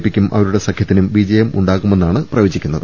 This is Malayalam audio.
പിക്കും അവരുടെ സഖ്യത്തിനും വിജയം ഉണ്ടാകുമെ ന്നാണ് പ്രവചിക്കുന്നത്